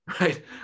right